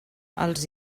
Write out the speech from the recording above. els